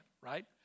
right